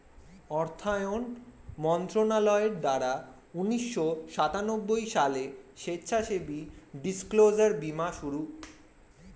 অর্থায়ন মন্ত্রণালয়ের দ্বারা উন্নিশো সাতানব্বই সালে স্বেচ্ছাসেবী ডিসক্লোজার বীমার শুরু